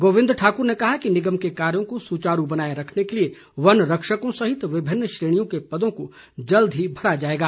गोविंद ठाकर ने कहा कि निगम के कार्यो को सुचारू बनाए रखने के लिए वनरक्षकों सहित विभिन्न श्रेणियों के पदों को जल्द ही भरा जाएगा